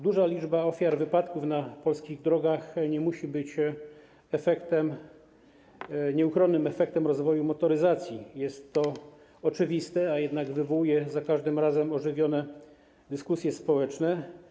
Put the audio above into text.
Duża liczba ofiar wypadków na polskich drogach nie musi być nieuchronnym efektem rozwoju motoryzacji, jest to oczywiste, a jednak wywołuje za każdym razem ożywione dyskusje społeczne.